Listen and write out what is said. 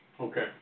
Okay